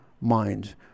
mind